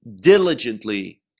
diligently